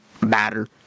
matter